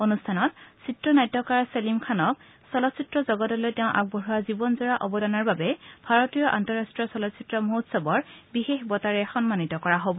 অনুষ্ঠানত চিত্ৰনাট্যকাৰ ছলীম খানক চলচ্চিত্ৰ জগগলৈ তেওঁ আগবঢ়োৱা জীৱনজোৰা অৱদানৰ বাবে ভাৰতীয় আন্তঃৰাষ্ট্ৰীয় চলচ্চিত্ৰ মহোৎসৱৰ বিশেষ বঁটাৰে সন্মানিত কৰা হ'ব